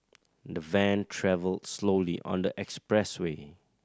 the van travelled slowly on the expressway